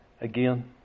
again